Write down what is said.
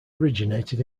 originated